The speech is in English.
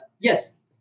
yes